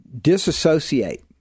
disassociate